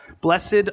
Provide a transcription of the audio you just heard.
blessed